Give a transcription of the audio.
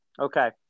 okay